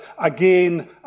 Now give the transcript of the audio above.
again